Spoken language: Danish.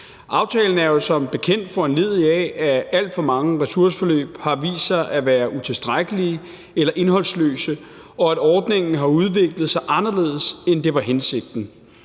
Aftalen er jo som bekendt foranlediget af, at alt for mange ressourceforløb har vist sig at være utilstrækkelige eller indholdsløse, og at ordningen har udviklet sig anderledes, end det var hensigten.